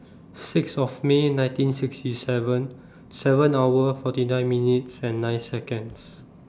six of May nineteen sixty seven seven hour forty nine minutes and nine Seconds